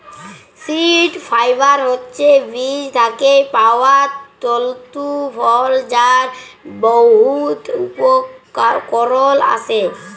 seed fibre হছে বীজ থ্যাইকে পাউয়া তল্তু ফল যার বহুত উপকরল আসে